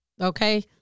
Okay